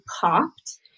popped